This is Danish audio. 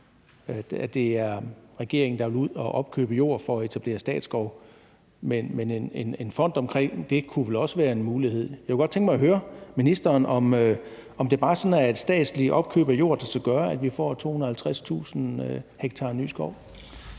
og det er regeringen, der vil ud at opkøbe jord for at etablere statsskov. Men en fond omkring det kunne vel også være en mulighed. Jeg kunne godt tænke mig at høre, om det bare er statslig opkøb af jord, der skal gøre, at vi får 250.000 ha ny skov.